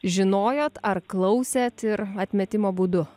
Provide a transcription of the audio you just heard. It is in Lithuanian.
žinojot ar klausėt ir atmetimo būdu